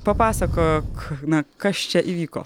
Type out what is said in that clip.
papasakok na kas čia įvyko